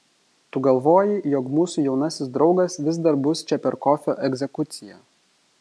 tu galvoji jog mūsų jaunasis draugas vis dar bus čia per kofio egzekuciją